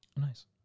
Nice